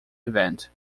event